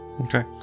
okay